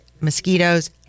mosquitoes